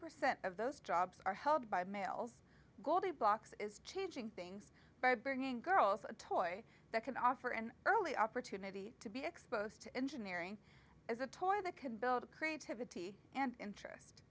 percent of those jobs are held by males goldie blox is changing things by bringing girls a toy that can offer an early opportunity to be exposed to engineering as a toy that can build a creativity and int